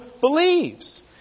believes